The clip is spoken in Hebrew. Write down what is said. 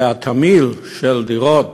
והתמהיל של דירות